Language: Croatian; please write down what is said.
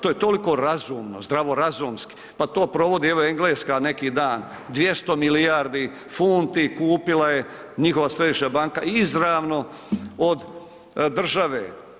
To je toliko razumno, zdravorazumski, pa to provodi evo Engleska neki dan 200 milijardi funti kupila je njihova središnja banka izravno od države.